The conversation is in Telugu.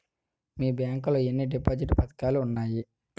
మీ బ్యాంక్ లో ఎన్ని డిపాజిట్ పథకాలు ఉన్నాయి?